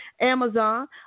Amazon